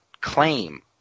claim